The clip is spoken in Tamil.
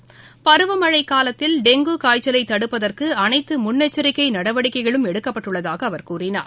டெங்கு பருவமழைகாலத்தில் காய்ச்சலைதடுப்பதற்குஅனைத்துமுன்னெச்சரிக்கைநடவடிக்கைகளும் எடுக்கப்பட்டுள்ளதாகஅவர் கூறினார்